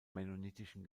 mennonitischen